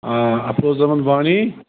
آ افروض احمد وانی